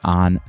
on